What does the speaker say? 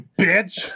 bitch